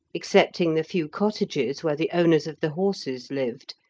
excepting the few cottages where the owners of the horses lived,